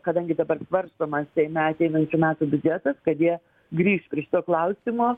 kadangi dabar svarstomas seime ateinančių metų biudžetas kad jie grįš prie šito klausimo